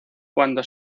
cuando